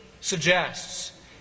suggests